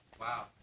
Wow